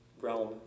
realm